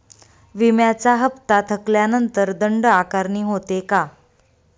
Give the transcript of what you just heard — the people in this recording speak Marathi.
विम्याचा हफ्ता थकल्यानंतर दंड आकारणी होते का?